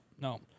no